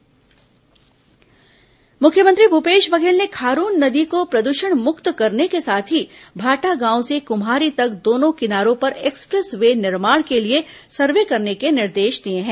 express way निर्माण मुख्यमंत्री भूपेश बघेल ने खारून नदी को प्रदृषण मुक्त करने के साथ ही भाटागांव से कुम्हारी तक दोनों किनारों पर एक्सप्रेस वे निर्माण के लिए सर्वे करने के निर्देश दिए हैं